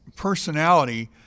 Personality